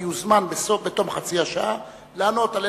הוא יוזמן בתום חצי השעה לענות על